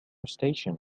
station